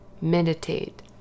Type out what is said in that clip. Meditate